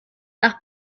nach